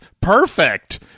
perfect